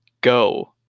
go